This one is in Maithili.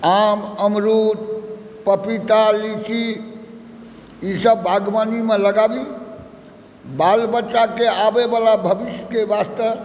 आम अमरूद पपीता लीची ईसभ बागवानीमे लगाबी बाल बच्चाकेँ आबे वला भविष्यके वास्ते